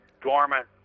dormant